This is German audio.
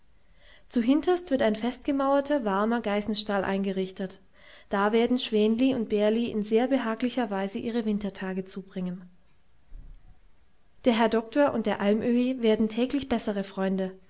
zuhinterst wird ein festgemauerter warmer geißenstall eingerichtet da werden schwänli und bärli in sehr behaglicher weise ihre wintertage zubringen der herr doktor und der almöhi werden täglich bessere freunde